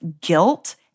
guilt